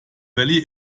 valley